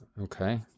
okay